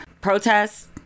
protests